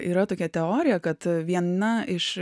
yra tokia teorija kad viena iš